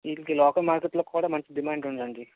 వీటిలికి local మార్కెట్లో కూడా మంచి డిమాండ్ ఉందండి